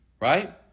Right